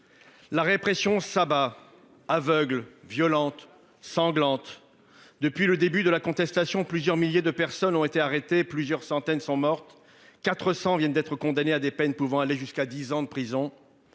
La répression s'abat aveugle, violente, sanglante depuis le début de la contestation, plusieurs milliers de personnes ont été arrêtées plusieurs centaines sont mortes, 400 viennent d'être condamnés à des peines pouvant aller jusqu'à 10 ans de prison.